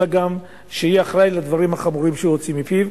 אלא גם שיהיה אחראי לדברים החמורים שהוציא מפיו.